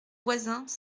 voisins